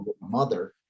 mother